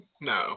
No